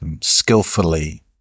skillfully